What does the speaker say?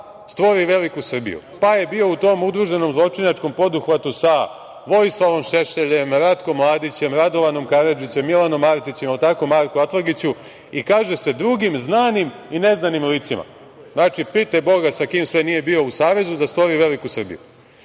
stvori veliku Srbiju, pa je bio u tom udruženom zločinačkom poduhvatu sa Vojislavom Šešeljem, Ratkom Mladićem, Radovanom Karadžićem, Milanom Martićem, jel tako Marko Atlagiću, i kaže se drugim znanim i ne znanim licima. Znači, pitaj boga sa kim sve nije bio u savezu da stvori veliku Srbiju.